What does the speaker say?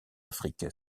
afrique